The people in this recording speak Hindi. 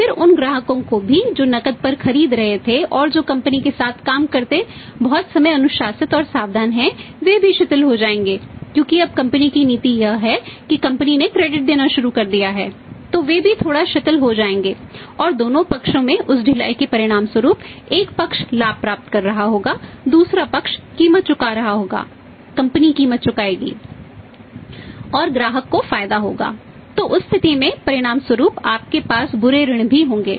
और ग्राहक को फायदा होगा तो उस स्थिति के परिणामस्वरूप आपके पास बुरे ऋण भी होंगे